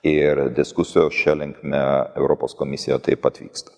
ir diskusijos šia linkme europos komisija taip pat vyksta